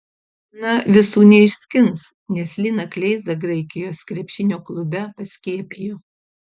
na visų neišskins nes liną kleizą graikijos krepšinio klube paskiepijo